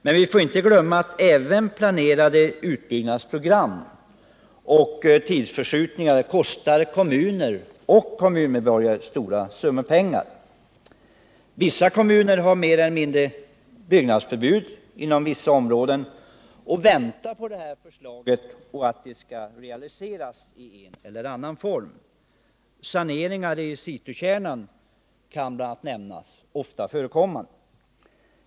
Men vi får inte glömma att även planerade utbyggnadsprogram och tidsförskjutningar kostar kommuner och kommunmedborgare stora summor. En del kommuner har mer eller mindre byggnadsförbud inom vissa områden och väntar på att det här förslaget skall realiseras i en eller annan form. Saneringar i citykärnan kan nämnas i detta sammanhang.